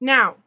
Now